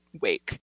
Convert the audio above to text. wake